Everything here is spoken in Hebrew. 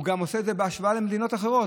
הוא גם עושה את זה בהשוואה למדינות אחרות.